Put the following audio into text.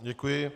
Děkuji.